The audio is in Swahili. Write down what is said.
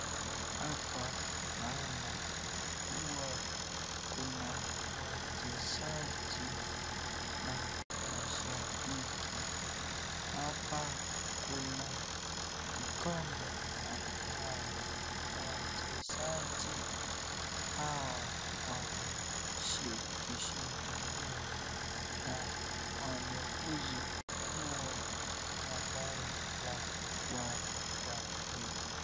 Hapa naona kuwa kuna wachezaji na mshabiki. Hapa kuna kikombe ambayo wachezaji hawa wamejishindilia na wamefuzu kuwa nambari la kwanza kwa mechi.